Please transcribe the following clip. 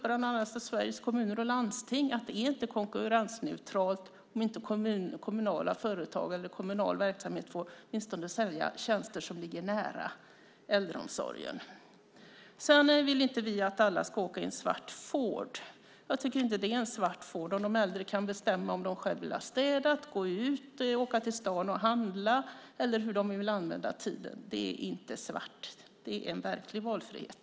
Bland andra Sveriges Kommuner och Landsting har tagit upp att det inte är konkurrensneutralt om inte kommunala företag och kommunal verksamhet får sälja åtminstone sådana tjänster som ligger nära äldreomsorgen. Vi vill inte att alla ska åka i en svart Ford. Jag tycker inte att det är en svart Ford om de äldre själva kan bestämma om de vill ha städat, gå ut, åka till stan och handla eller hur de nu vill utnyttja tiden. Det är en verklig valfrihet.